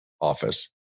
office